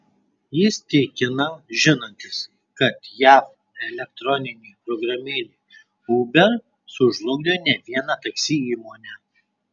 jis tikina žinantis kad jav elektroninė programėlė uber sužlugdė ne vieną taksi įmonę